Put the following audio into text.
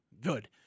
good